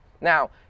Now